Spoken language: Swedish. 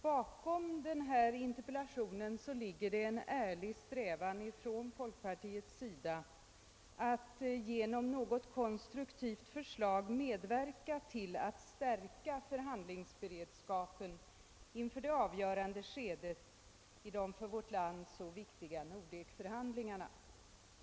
Bakom interpellationen ligger en ärlig strävan från folkpartiet att genom något konstruktivt förslag medverka till att stärka förhandlingsberedskapen inför det avgörande skedet i de för vårt land så viktiga Nordekförhandlingarna.